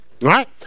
Right